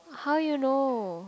how you know